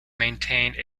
maintained